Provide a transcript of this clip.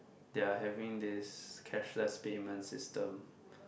they are having this cashless payment system